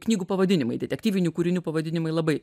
knygų pavadinimai detektyvinių kūrinių pavadinimai labai